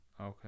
okay